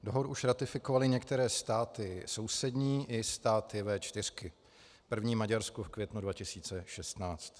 Dohodu už ratifikovaly některé státy sousední i státy V4 první Maďarsko v květnu 2016.